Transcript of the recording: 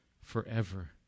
forever